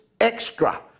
Extra